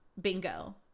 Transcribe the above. Bingo